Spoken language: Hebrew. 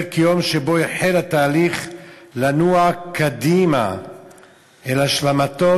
כיום שבו החל התהליך לנוע קדימה אל השלמתו,